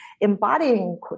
embodying